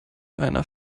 einer